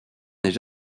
n’est